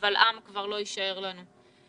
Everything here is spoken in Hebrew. אבל עם כבר לא יישאר לנו.